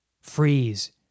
freeze